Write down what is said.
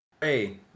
Hey